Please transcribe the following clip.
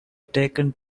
taken